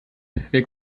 wir